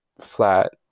flat